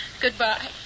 Goodbye